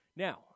Now